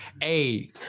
hey